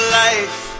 life